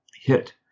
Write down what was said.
hit